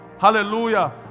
Hallelujah